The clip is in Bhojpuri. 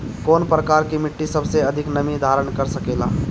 कौन प्रकार की मिट्टी सबसे अधिक नमी धारण कर सकेला?